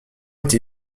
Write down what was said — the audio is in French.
été